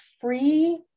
free